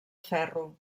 ferro